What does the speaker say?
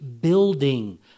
building